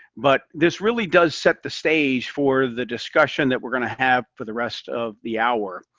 but this really does set the stage for the discussion that we're going to have for the rest of the hour.